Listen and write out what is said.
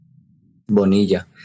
Bonilla